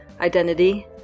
identity